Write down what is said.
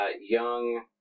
Young